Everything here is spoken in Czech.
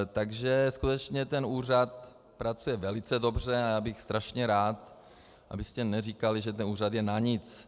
Takže skutečně ten úřad pracuje velice dobře a já bych strašně rád, abyste neříkali, že ten úřad je na nic.